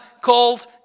called